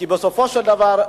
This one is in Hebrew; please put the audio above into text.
כי בסופו של דבר,